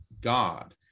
God